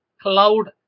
cloud